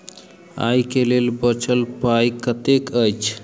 आइ केँ लेल बचल पाय कतेक अछि?